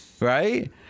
Right